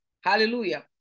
Hallelujah